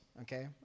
okay